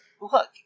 Look